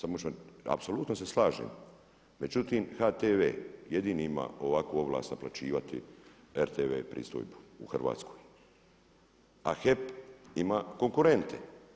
Apsolutno se slažem, međutim HTV jedini ima ovakvu ovlast naplaćivati RTV pristojbu u Hrvatskoj a HEP ima konkurente.